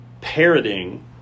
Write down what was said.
parroting